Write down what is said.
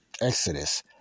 Exodus